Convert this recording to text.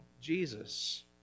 Jesus